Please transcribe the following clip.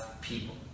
people